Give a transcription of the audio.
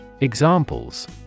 Examples